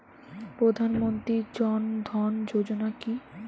প্রধান মন্ত্রী জন ধন যোজনা কি?